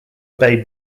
bay